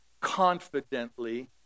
confidently